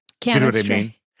Chemistry